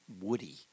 woody